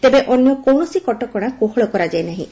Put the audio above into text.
ତେବେ ଅନ୍ୟ କୌଣସି କଟକଶା କୋହଳ କରାଯାଇ ନାହିଁ